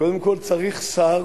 קודם כול, צריך שר